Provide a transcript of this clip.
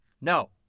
No